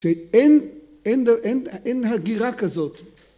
‫אין הגירה כזאת.